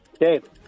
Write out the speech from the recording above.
Dave